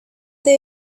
that